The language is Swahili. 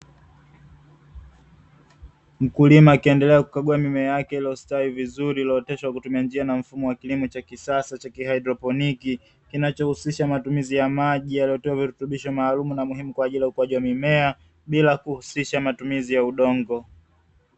Mkulima akiendelea kukagua mimea yake iliyostawi vizuri, iloyooteshwa kutumia njia na mfumo wa kilimo cha kisasa cha ki hydroponiki, kinachohusisha matumizi ya maji yaliyoturudishwa maalum na muhimu kwa ajili ya ukuaji wa mimea bila kuhusisha matumizi ya udongo